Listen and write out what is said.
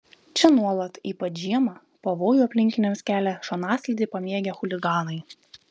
čia nuolat ypač žiemą pavojų aplinkiniams kelia šonaslydį pamėgę chuliganai